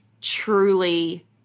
truly